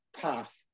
path